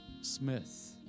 Smith